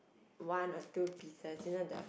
one or two pieces you know the